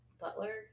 butler